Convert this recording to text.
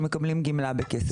הם מקבלים גמלה בכסף.